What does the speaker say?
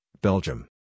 Belgium